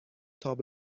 تاپ